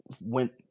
went